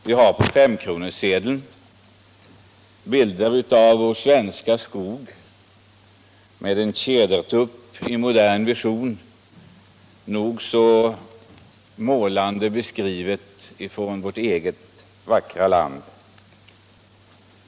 Vi har på femkronorssedeln en bild av vår svenska skog med en tjädertupp i modern version, en nog så målande beskrivning från vårt eget vackra land.